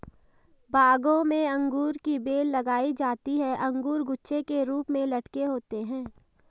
बागों में अंगूर की बेल लगाई जाती है अंगूर गुच्छे के रूप में लटके होते हैं